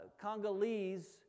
Congolese